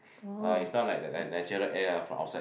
uh it's not like like like natural air ah from outside